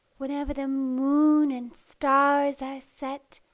whenever the moon and stars are set,